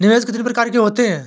निवेश कितनी प्रकार के होते हैं?